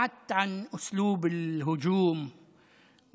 מאז הבחירות האלה אני אמרתי שאנחנו צריכים לשתף